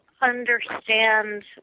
understand